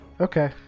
okay